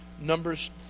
Numbers